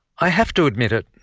i have to admit it,